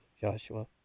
Joshua